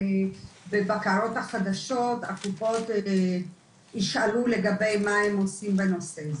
ובבקרות החדשות הקופות נשאלו לגבי מה הם עושים בנושא הזה.